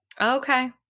Okay